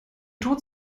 tod